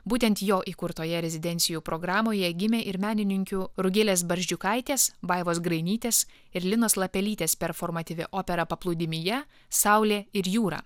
būtent jo įkurtoje rezidencijų programoje gimė ir menininkių rugilės barzdžiukaitės vaivos grainytės ir linos lapelytės performatyvi opera paplūdimyje saulė ir jūra